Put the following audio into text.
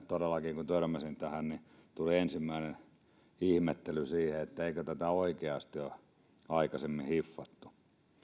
todellakin kun törmäsin tähän tuli ensimmäinen ihmettely että eikö tätä oikeasti ole aikaisemmin hiffattu